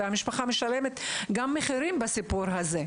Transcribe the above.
המשפחה גם משלמת מחירים בסיפור הזה.